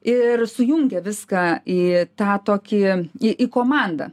ir sujungia viską į tą tokį į į komandą